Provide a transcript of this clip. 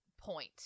point